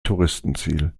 touristenziel